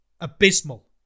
abysmal